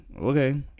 okay